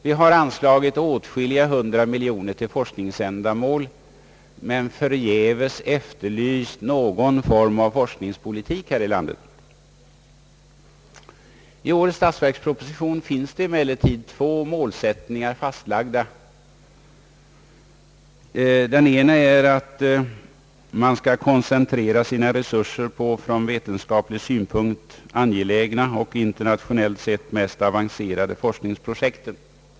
Vi har anslagit åtskilliga hundra miljoner till forskningsändamål, men man har förgäves efterlyst någon form av forskningspolitik här i landet. I årets statsverksproposition finns emellertid två målsättningar fastlagda. Den ena är att resurserna skall koncentreras på från vetenskaplig synpunkt angelägna och internationellt sett mest avancerade forskningsprojekt.